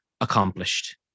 accomplished